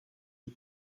het